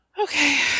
Okay